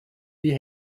die